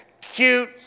Cute